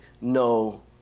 no